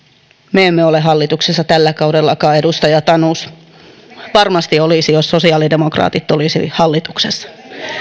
me emme ole hallituksessa tällä kaudellakaan edustaja tanus varmasti olisi tullut jos sosiaalidemokraatit olisivat hallituksessa